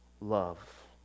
love